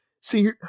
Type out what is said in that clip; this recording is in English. See